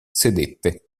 sedette